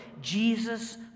Jesus